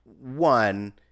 one